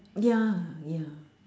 ya ya